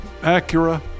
Acura